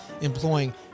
employing